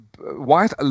white